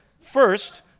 first